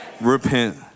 Repent